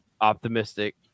optimistic